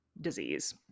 disease